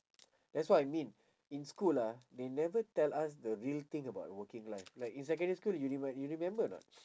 that's what I mean in school ah they never tell us the real thing about the working life like in secondary school you reme~ you remember or not